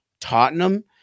tottenham